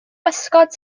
bysgod